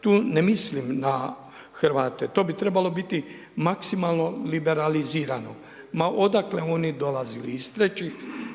Tu ne mislim na Hrvate. To bi trebalo biti maksimalno liberalizirano ma odakle oni dolazili iz trećih